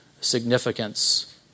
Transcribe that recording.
significance